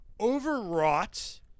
overwrought